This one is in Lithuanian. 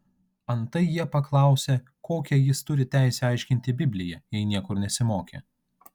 antai jie paklausė kokią jis turi teisę aiškinti bibliją jei niekur nesimokė